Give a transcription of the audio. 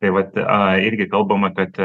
tai vat a irgi kalbama kad